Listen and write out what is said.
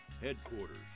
headquarters